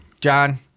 John